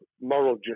moral